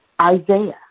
Isaiah